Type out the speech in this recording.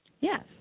Yes